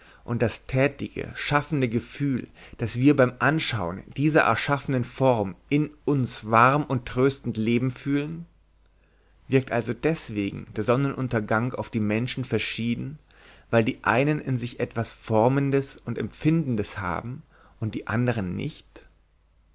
und das tätige schaffende gefühl das wir beim anschauen dieser erschaffenen form in uns warm und tröstend leben fühlen wirkt also deswegen der sonnenuntergang auf die menschen verschieden weil die einen in sich etwas formendes und empfindendes haben und die andern nicht